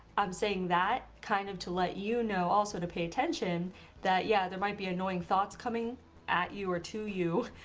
i'm saying that kind of to let you know also to pay attention that yeah there might be annoying thoughts coming at you, or to you,